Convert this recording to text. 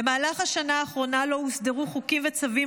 במהלך השנה האחרונה לא הוסדרו חוקים וצווים